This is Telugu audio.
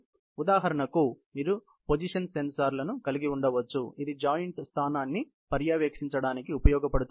కాబట్టి ఉదాహరణకు మీరు పొజిషన్ సెన్సార్ను కలిగి ఉండవచ్చు ఇది జాయింట్ స్థానాన్ని పర్యవేక్షించడానికి ఉపయోగించబడుతుంది